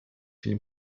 film